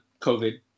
covid